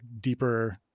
deeper